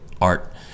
art